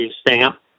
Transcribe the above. stamp